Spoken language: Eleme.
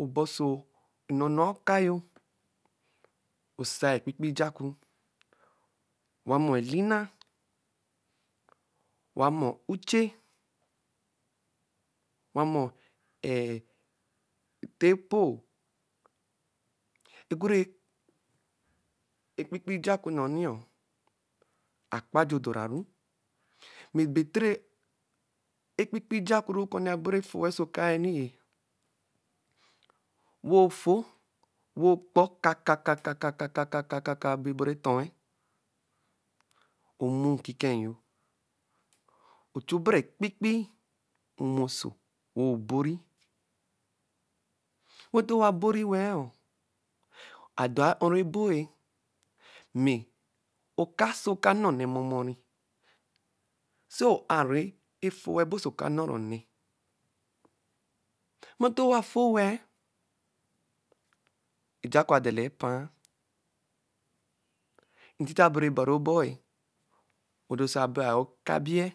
ɔba oso enunua ɔka yo osai ekpikpii ojaku. Owamɔ Elina. owamɔ uche. owamɔ err ete pole. ogurɛ ekpikpii ojaku nonior. Akpajo dora ru. Mɛ bɛ otoro ekpikpii ojaku ne okɔne boru efoe oso.ɔka-eni-eh. Wɛ ofo, wẹ ogbɔ eka eka eka eka eka bɛ ɛburu etɔɛn. Omu nkiken yo, ochu obɛrɛ ekpikpii owen oso. wɛ oburi. wɛ ntɔn owa buri wẹ-ɛ. aden a-ori ebo-eh mɛ oka sɛ oka nne onɛ momori, sɛ ɔ-aru efo-e ba oso ɔka nnara onɛ. Wɛ etɔ owa fo-o wẹ-ẹ. okaku adala epa-a. nteye abɛrɛ ba rɔ ɔbɔ eh, ɔdorse bẹ a-o ekabi-ɛ.